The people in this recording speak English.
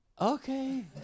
okay